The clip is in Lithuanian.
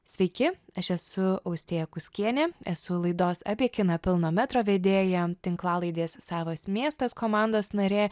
sveiki aš esu austėja kuskienė esu laidos apie kiną pilno metro vedėja tinklalaidės savas miestas komandos narė